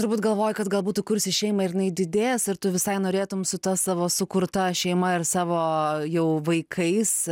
turbūt galvoji kad galbūt tu kursi šeimą ir jinai didės ir tu visai norėtum su ta savo sukurta šeima ir savo jau vaikais